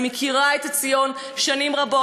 אני מכירה את עציון שנים רבות,